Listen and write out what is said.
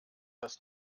das